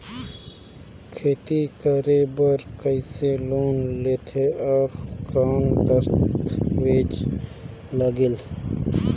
खेती करे बर कइसे लोन लेथे और कौन दस्तावेज लगेल?